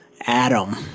Adam